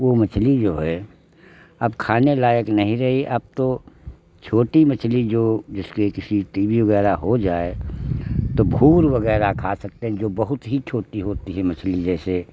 वह मछली जो है अब खाने लायक नहीं रही अब तो छोटी मछली जो जिसके किसी टी वी वगैरह हो जाए तो फूल वगैरह खा सकते जो बहुत ही छोटी होती है मछली जैसे